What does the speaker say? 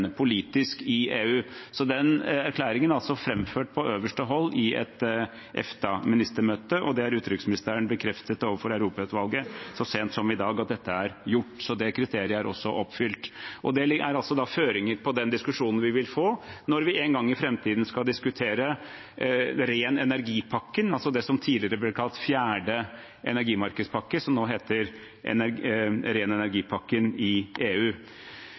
politisk i EU. Erklæringen er altså framført på øverste hold i et EFTA-ministermøte. Utenriksministeren har så sent som i dag bekreftet overfor Europautvalget at dette er gjort, så det kriteriet er også oppfylt. Det er altså føringer på den diskusjonen vi vil få når vi en gang i framtiden skal diskutere ren energi-pakken, det som tidligere ble kalt fjerde energimarkedspakke, men som nå heter ren energi-pakken i EU.